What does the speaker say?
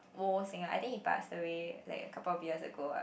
old singer I think he passed away like couple years of ago ah